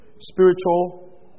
Spiritual